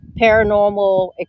paranormal